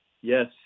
yes